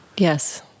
Yes